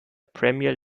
premier